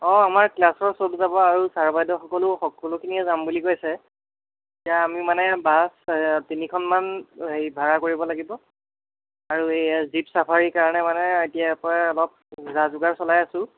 অঁ আমাৰ ক্লাছৰ চব যাব আৰু ছাৰ বাইদেউ সকলো সকলোখিনিয়েই যাম বুলি কৈছে এতিয়া আমি মানে বাছ তিনিখন মান হেৰি ভাড়া কৰিব লাগিব আৰু এয়া জীপ চাফাৰীৰ কাৰণে মানে এতিয়াৰ পৰাই অলপ যা যোগাৰ চলাই আছোঁ